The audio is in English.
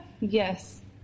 Yes